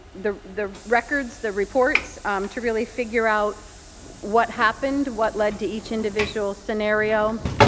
the the records, the reports to really figure out what happened, what led to each individual scenario.